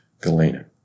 Galena